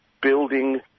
building